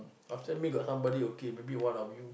after me got somebody who came maybe one of you